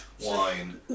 wine